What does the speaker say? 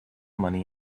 money